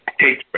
Take